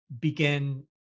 begin